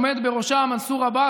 בעד בועז טופורובסקי,